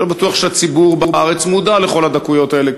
אני לא בטוח שהציבור בארץ מודע לכל הדקויות האלה,